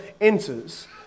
enters